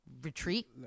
retreat